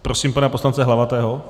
Prosím pana poslance Hlavatého.